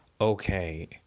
Okay